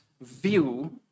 view